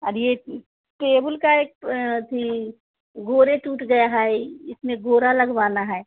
और यह टेबुल का एक अथि गोरे टूट गया है इसमें घोरा लगवाना है